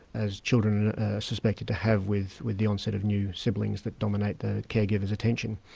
as children are suspected to have with with the onset of new siblings that dominate the caregiver's attention,